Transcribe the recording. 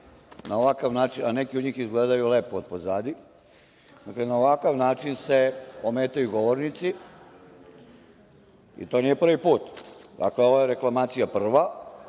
na ovakav način, a neki od njih izgledaju lepo otpozadi, ometaju govornici, i to nije prvi put. Dakle, ovo je reklamacija prva,